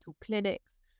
clinics